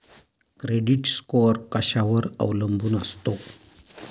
Credit score कशावर अवलंबून असतो?